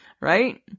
right